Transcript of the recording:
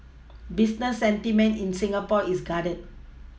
business sentiment in Singapore is guarded